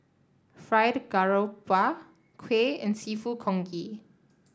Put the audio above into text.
Fried Garoupa Kuih and seafood Congee